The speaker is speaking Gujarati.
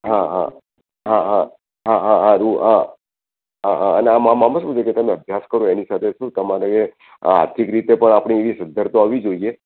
હા હા હા હા હા હા હા રૂ હા હા હા ના આમાં આમાં શું છે કે તમે અભ્યાસ કરો એની સાથે શું તમારે આર્થિક રીતે પણ આપણી એવી સધ્ધરતા હોવી જોઈએ